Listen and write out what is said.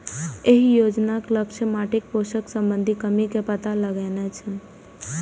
एहि योजनाक लक्ष्य माटिक पोषण संबंधी कमी के पता लगेनाय छै